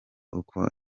uko